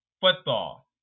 football